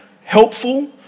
helpful